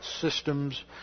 systems